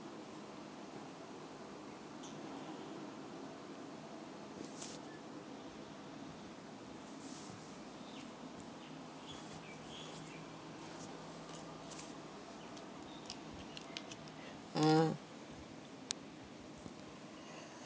ah